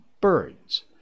birds